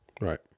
Right